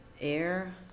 air